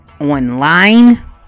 online